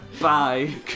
Bye